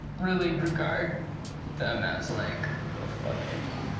really regard them as like a fucking.